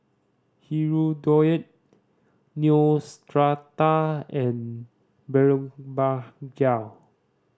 Hirudoid Neostrata and Blephagel